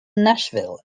nashville